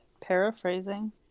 paraphrasing